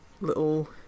little